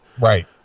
right